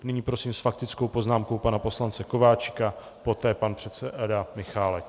Nyní prosím s faktickou poznámkou pana poslance Kováčika, poté pan předseda Michálek.